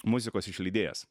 muzikos išleidėjas